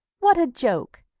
what a joke!